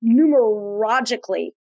numerologically